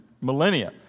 millennia